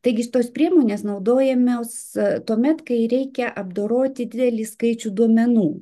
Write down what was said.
taigi šitos priemonės naudojamos tuomet kai reikia apdoroti didelį skaičių duomenų